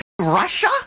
Russia